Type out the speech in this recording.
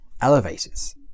Elevators